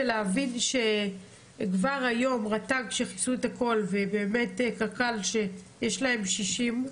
למעשה רט"ג כיסו את הכול וקק"ל כבר עשתה יותר מ-60.